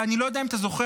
אני לא יודע אם אתה זוכר,